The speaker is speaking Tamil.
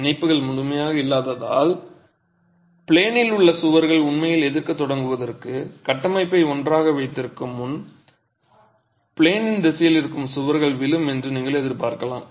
இணைப்புகள் முழுமையாக இல்லாததால் ப்ளேனில் உள்ள சுவர்கள் உண்மையில் எதிர்க்கத் தொடங்குவதற்கும் கட்டமைப்பை ஒன்றாக வைத்திருக்கும் முன் ப்ளேனின் திசையில் இருக்கும் சுவர்கள் விழும் என்று நீங்கள் எதிர்பார்க்கலாம்